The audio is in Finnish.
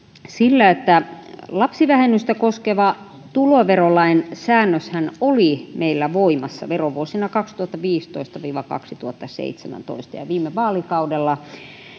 sillä että lapsivähennystä koskeva tuloverolain säännöshän oli meillä voimassa verovuosina kaksituhattaviisitoista viiva kaksituhattaseitsemäntoista viime vaalikaudella